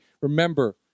Remember